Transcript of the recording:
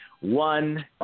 One